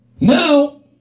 Now